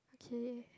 okay